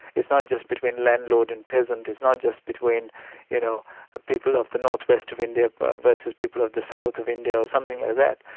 it's not just between landlord and peasant, it's not just between you know people of the north-west of india but versus people of the south of india, or something like that.